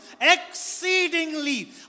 exceedingly